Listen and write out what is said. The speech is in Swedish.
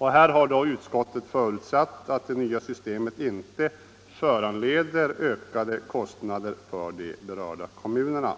Här har utskottet förutsatt att det nya systemet inte föranleder ökade kostnader för de berörda kommunerna.